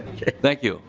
thank you.